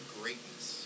greatness